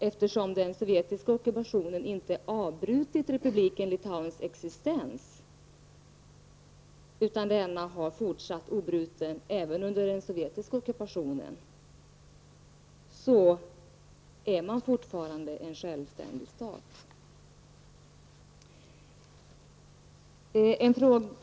Eftersom den sovjetiska ockupationen därmed inte avbrutit republiken Litauens existens utan denna har fortsatt obruten även under den sovjetiska ockupationen, så är Litauen fortfarande en självständig stat.